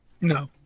No